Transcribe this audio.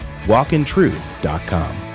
walkintruth.com